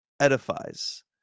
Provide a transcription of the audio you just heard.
edifies